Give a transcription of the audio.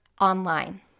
online